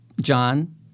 John